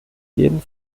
jeden